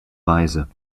weise